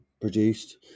produced